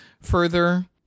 further